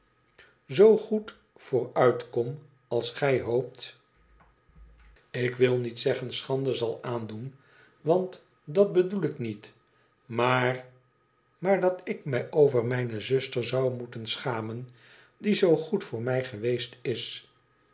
zoo goed uit kom als gij hoopt ik wil niet zeggen schande zal aandoen want dat bedoel ik niet ooaar maar dat ik mij over mijne zuster zou moeten schamen die zoo goed voor mij geweest is